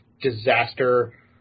disaster